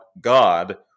God